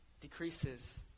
decreases